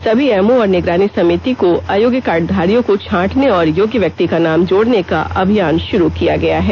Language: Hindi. सभी एमओ और निगरानी समिति को अयोग्य कार्डधारियों को छांटने और योग्य व्यक्ति का नाम जोड़ने का अभियान शुरू किया गया है